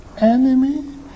enemy